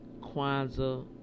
Kwanzaa